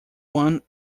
one